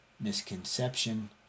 misconception